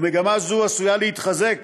ומגמה זו עשויה להתחזק